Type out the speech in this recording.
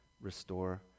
restore